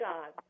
God